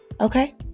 Okay